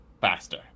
faster